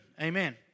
Amen